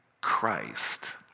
Christ